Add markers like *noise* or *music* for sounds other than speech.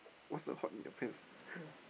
what's the hot in the pants *noise*